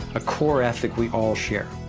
a core ethic we all share.